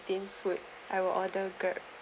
canteen food I will order grab